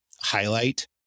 highlight